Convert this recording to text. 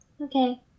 Okay